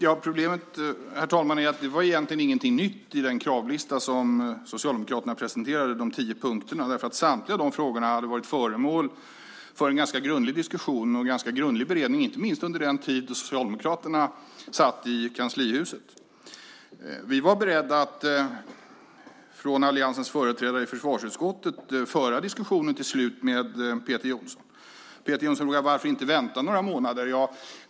Herr talman! Problemet är att det egentligen inte var någonting nytt i den kravlista som Socialdemokraterna presenterade, de tio punkterna. Samtliga dessa frågor hade varit föremål för en ganska grundlig diskussion och en ganska grundlig beredning, inte minst under den tid som Socialdemokraterna satt i kanslihuset. Vi var från alliansens företrädare i försvarsutskottet beredda att föra diskussionen till slut med Peter Jonsson. Peter Jonsson frågade varför man inte kunde vänta några månader.